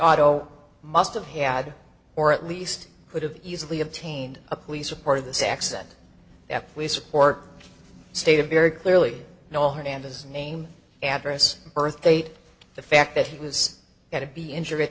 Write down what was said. auto must have had or at least could have easily obtained a police report of this accident that we support stated very clearly no hernandez name address birthdate the fact that he was going to be injured at